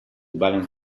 balance